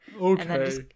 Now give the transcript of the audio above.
okay